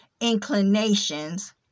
inclinations